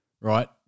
right